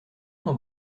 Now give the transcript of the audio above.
dans